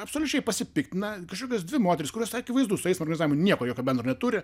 absoliučiai pasipiktina kažkokios dvi moteris kurios akivaizdu su eismo organizavimu nieko jokio bendro neturi